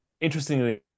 interestingly